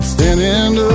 Standing